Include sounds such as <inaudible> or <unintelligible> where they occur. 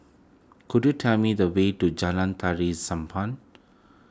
could you tell me the way to Jalan Tari <unintelligible>